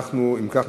אם כך,